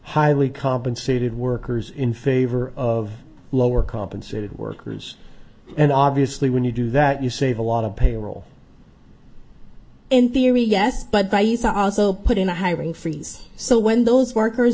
highly compensated workers in favor of lower carbon city workers and obviously when you do that you save a lot of payroll in theory yes but by use also put in a hiring freeze so when those workers